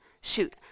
shoot